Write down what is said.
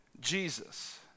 Jesus